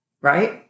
right